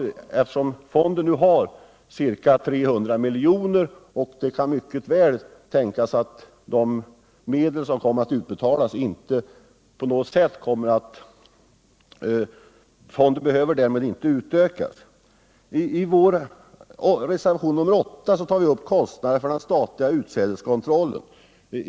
Eftersom fonden nu omfattar 300 milj.kr. och de belopp som kan komma att utbetalas troligtvis inte på något sätt kommer i närheten av den summan, så anser vi att fonden f. n. inte behöver utökas. I reservation nr 8 tar vi upp kostnaderna för den statliga utsädeskontrollen.